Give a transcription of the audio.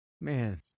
Man